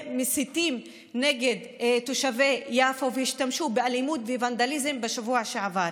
מסיתים נגד תושבי יפו והשתמשו באלימות ובוונדליזם בשבוע שעבר.